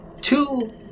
two